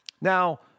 Now